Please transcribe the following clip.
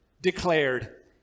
declared